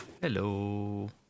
hello